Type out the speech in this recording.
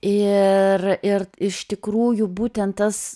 ir ir iš tikrųjų būtent tas